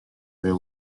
their